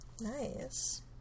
Nice